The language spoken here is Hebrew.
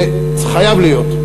זה חייב להיות,